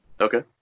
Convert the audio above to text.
Okay